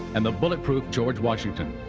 and the bulletproof george washington.